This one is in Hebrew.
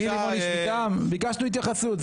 בסך הכול ביקשנו התייחסות.